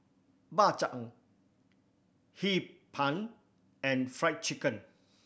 Bak Chang Hee Pan and Fried Chicken